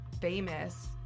famous